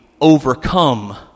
overcome